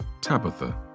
Tabitha